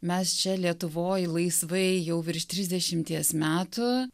mes čia lietuvoj laisvai jau virš trisdešimties metų